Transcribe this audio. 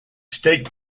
state